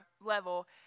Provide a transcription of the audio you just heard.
level